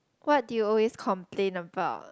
what do you always complain about